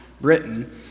Britain